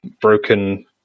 broken